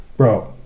Bro